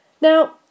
Now